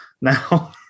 now